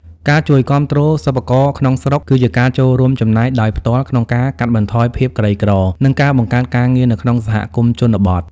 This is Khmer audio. ការជួយគាំទ្រសិប្បករក្នុងស្រុក គឺជាការចូលរួមចំណែកដោយផ្ទាល់ក្នុងការកាត់បន្ថយភាពក្រីក្រ និងការបង្កើតការងារនៅក្នុងសហគមន៍ជនបទ។